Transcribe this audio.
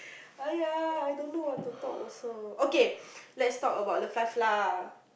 aiya I don't know what to talk also okay let's talk about life of love lah